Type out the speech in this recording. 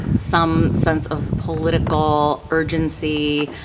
some sense of political urgency.